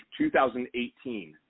2018